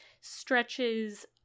stretches